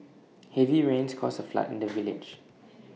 heavy rains caused A flood in the village